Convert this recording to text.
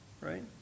right